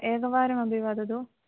एकवारम् अपि वदतु